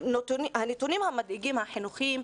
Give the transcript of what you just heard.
הנתונים המדאיגים החינוכיים,